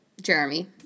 Jeremy